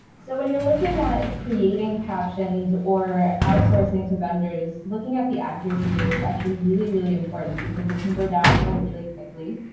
so when you're looking at creating captions or outsourcing to vendors, looking at the accuracy rate is actually really, really important, because it can go downhill really quickly.